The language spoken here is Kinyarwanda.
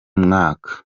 mwaka